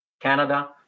Canada